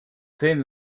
zehn